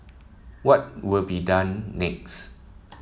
what will be done next